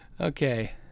Okay